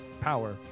power